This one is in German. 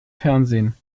fernsehen